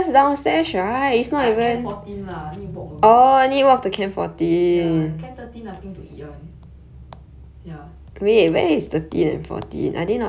okay lah if I not tired then maybe I can fourteen lah need to walk a bit ya can thirteen nothing to eat [one]